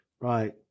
Right